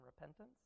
repentance